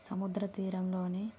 సముద్రతీరంలోనే